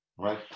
right